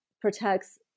protects